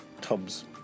tubs